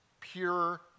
pure